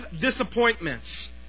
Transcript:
disappointments